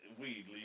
weed